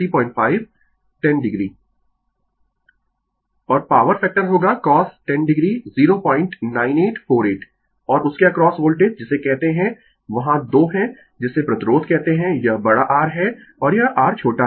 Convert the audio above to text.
Refer Slide Time 1712 और power factor होगा cos10 o09848 और उस के अक्रॉस वोल्टेज जिसे कहते है वहां दो है जिसे प्रतिरोध कहते है यह बड़ा R है और यह r छोटा है